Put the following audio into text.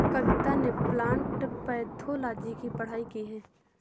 कविता ने plant pathology की पढ़ाई की है